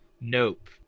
nope